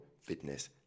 Fitness